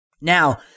Now